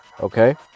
Okay